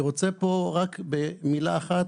אני רוצה פה רק במילה אחת: